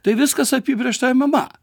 tai viskas apibrėžta mma